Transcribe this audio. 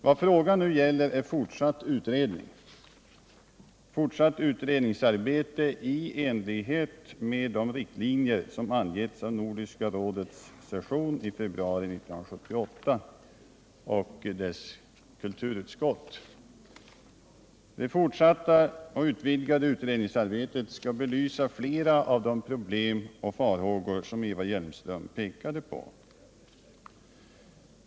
Vad frågan nu gäller är fortsatt utredningsarbete i enlighet med de riktlinjer som angavs vid Nordiska rådets session i februari 1978 av dess kulturutskott. Det fortsatta och utvidgade utredningsarbetet skall belysa flera av de problem och farhågor som Eva Hjelmström pekade på.